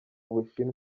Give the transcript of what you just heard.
bushinwa